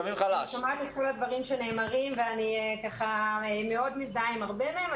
שמעתי את כל הדברים שנאמרו ואני מזדהה עם רבים מהם.